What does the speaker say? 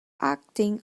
acting